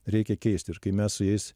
reikia keisti ir kai mes su jais